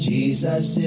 Jesus